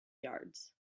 yards